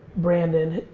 brandon,